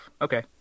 Okay